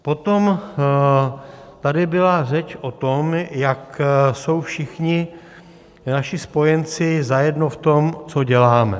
Potom tady byla řeč o tom, jak jsou všichni naši spojenci zajedno v tom, co děláme.